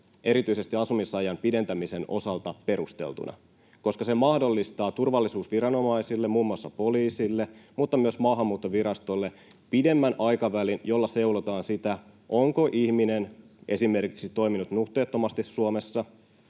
erityisesti asumisajan pidentämisen osalta perusteltuna, koska se mahdollistaa turvallisuusviranomaisille, muun muassa poliisille mutta myös Maahanmuuttovirastolle, pidemmän aikavälin, jolla seulotaan sitä, onko ihminen esimerkiksi toiminut nuhteettomasti Suomessa